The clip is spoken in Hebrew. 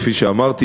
כפי שאמרתי,